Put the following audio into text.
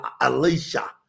Alicia